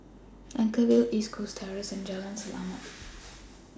Anchorvale LINK East Coast Terrace and Jalan Selamat